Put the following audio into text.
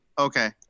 Okay